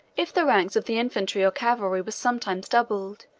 if the ranks of the infantry or cavalry were sometimes doubled,